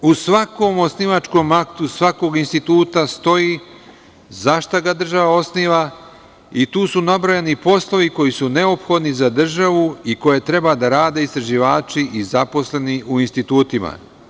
U svakom osnivačkom aktu, svakog instituta stoji za šta ga država osniva i tu su nabrojani poslovi koji su neophodni za državu i koje treba da rade istraživači i zaposleni u institutima.